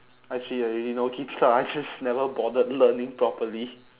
actually I already know guitar I just never bothered learning properly